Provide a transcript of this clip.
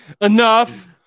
enough